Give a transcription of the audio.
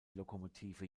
lokomotive